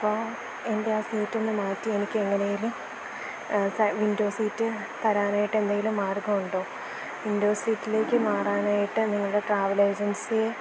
അപ്പോൾ എൻ്റെ ആ സീറ്റൊന്ന് മാറ്റി എനിക്ക് എങ്ങനെയെങ്കിലും വിൻഡോ സീറ്റ് തരാനായിട്ട് എന്തെങ്കിലും മാർഗ്ഗം ഉണ്ടോ വിൻഡോ സീറ്റിലേക്ക് മാറാനായിട്ട് നിങ്ങളുടെ ട്രാവൽ ഏജൻസിയെ